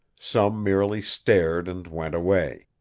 some merely stared and went away.